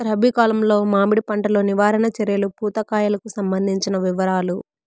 రబి కాలంలో మామిడి పంట లో నివారణ చర్యలు పూత కాయలకు సంబంధించిన వివరాలు?